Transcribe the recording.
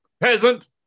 peasant